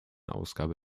ausgabe